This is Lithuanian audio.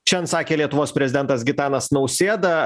šian sakė lietuvos prezidentas gitanas nausėda